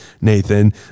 Nathan